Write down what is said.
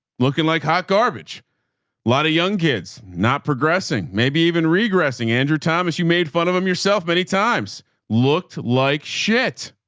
looking like hot garbage, a lot of young kids not progressing. maybe even regressing andrew thomas, you made fun of him yourself. many times looked like shit.